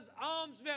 arms